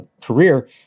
career